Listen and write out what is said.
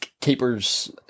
Keepers